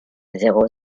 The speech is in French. zéro